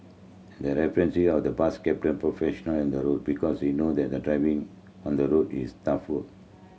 they're respecting of the bus captain professional on the road because they know that the driving on the road is tough work